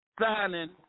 signing